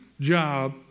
job